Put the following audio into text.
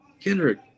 Kendrick